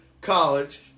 college